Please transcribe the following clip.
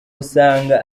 usanga